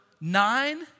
nine